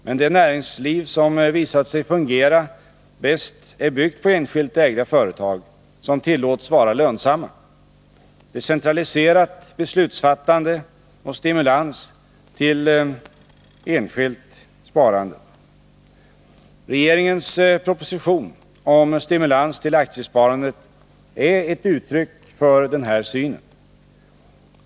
Men det näringsliv som visat sig fungera bäst är byggt på enskilt ägda företag som tillåts vara lönsamma, decentraliserat beslutsfattande och stimulans till enskilt sparande. Regeringens proposition om stimulans till aktiesparandet är ett uttryck för denna syn.